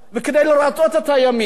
כדי לרצות את הימין,